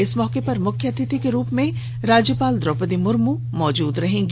इस मौके पर मुख्य अतिथि के रूप में राज्यपाल द्रौपदी मुर्मू मौजूद रहेंगी